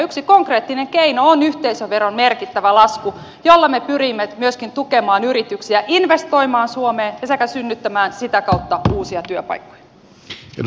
yksi konkreettinen keino on yhteisöveron merkittävä lasku jolla me pyrimme myöskin tukemaan yrityksiä investoimaan suomeen sekä synnyttämään sitä kautta uusia työpaikkoja